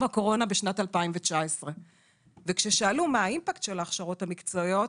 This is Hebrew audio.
הקורונה בשנת 2019. כששאלו מה האימפקט של ההכשרות המקצועיות,